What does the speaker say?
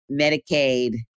Medicaid